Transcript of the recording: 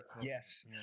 Yes